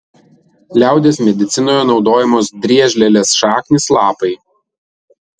liaudies medicinoje naudojamos driežlielės šaknys lapai